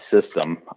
system